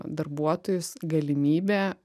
darbuotojus galimybė